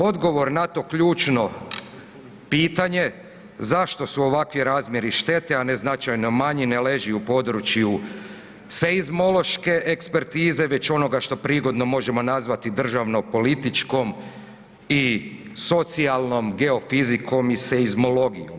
Odgovor na to ključno pitanje zašto su ovakvi razmjeri štete, a ne značajno manji ne leži u području seizmološke ekspertize već onoga što prigodno možemo nazvati državno političkom i socijalnom geofizikom i seizmologijom.